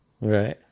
right